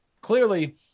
clearly